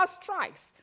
strikes